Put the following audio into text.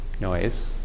noise